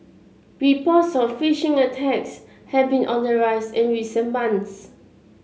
reports on phishing attacks have been on the rise in recent months